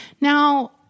Now